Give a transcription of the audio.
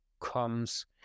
comes